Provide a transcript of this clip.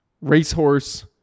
racehorse